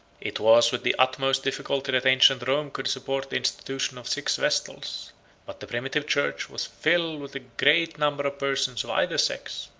it was with the utmost difficulty that ancient rome could support the institution of six vestals but the primitive church was filled with a great number of persons of either sex,